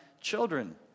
children